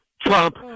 Trump